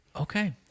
Okay